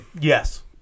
Yes